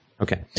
Okay